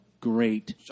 Great